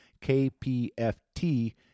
KPFT